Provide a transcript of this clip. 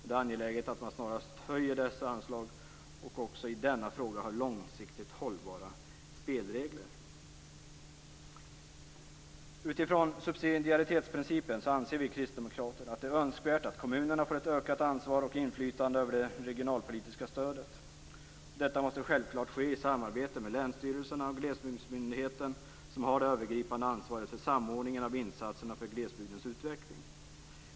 Det är angeläget att man snarast höjer dessa anslag och också i denna fråga har långsiktigt hållbara spelregler. Utifrån subsidiaritetsprincipen anser vi kristdemokrater att det är önskvärt att kommunerna får ett ökat ansvar och inflytande över det regionalpolitiska stödet. Detta måste självklart ske i samarbete med länsstyrelserna och Glesbygdsmyndigheten, som har det övergripande ansvaret för samordningen av insatserna för glesbygdens utveckling.